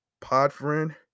Podfriend